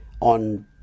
on